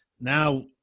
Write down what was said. Now